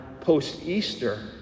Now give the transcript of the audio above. post-Easter